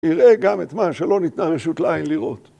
‫יראה גם את מה ‫שלא ניתנה רשות לעין לראות.